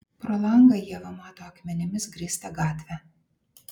pro langą ieva mato akmenimis grįstą gatvę